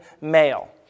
male